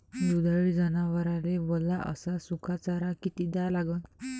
दुधाळू जनावराइले वला अस सुका चारा किती द्या लागन?